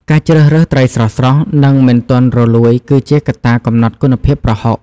ការជ្រើសរើសត្រីស្រស់ៗ និងមិនទាន់រលួយគឺជាកត្តាកំណត់គុណភាពប្រហុក។